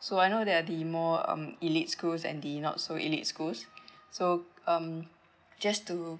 so I know that the more um elite schools and the not so elite schools so um just to